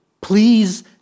please